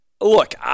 Look